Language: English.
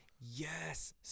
yes